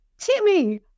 Timmy